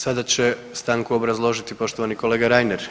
Sada će stanku obrazložiti poštovani kolega Reiner.